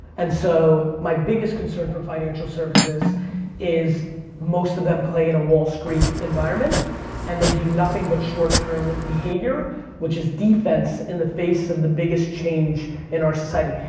and so, my biggest concern for financial services is most of them play in a wall street environment and they do nothing but short-term behavior which is defense in the face of the biggest change in our society.